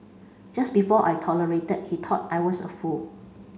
just before I tolerated he thought I was a fool